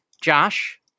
Josh